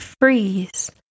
freeze